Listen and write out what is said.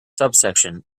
subsection